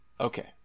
okay